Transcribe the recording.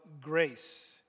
grace